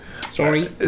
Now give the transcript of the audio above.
Sorry